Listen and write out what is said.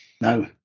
no